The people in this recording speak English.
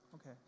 Okay